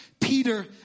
Peter